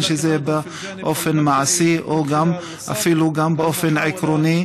באופן מעשי ואפילו באופן עקרוני,